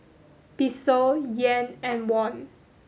Peso Yen and Won